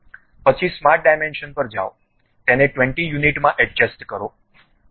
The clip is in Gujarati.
પછી સ્માર્ટ ડાયમેંસન પર જાઓ તેને 20 યુનિટમાં એડજસ્ટ કરો